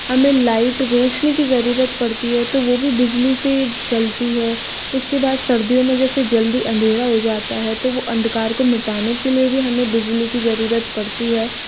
हमें लाइट रौशनी की ज़रूरत पड़ती है तो वह भी बिजली से चलती है उसके बाद सर्दियों में जैसे जल्दी अंधेरा हो जाता है तो वह अंधकार को मिटाने के लिए भी हमें बिजली की ज़रूरत पड़ती है